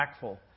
impactful